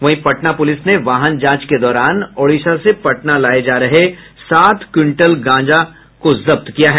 वहीं पटना पुलिस ने वाहन जांच के दौरान ओडिशा से पटना लाये जा रहे सात क्विंटल गांजा जब्त किया है